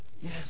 Yes